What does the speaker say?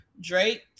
Drake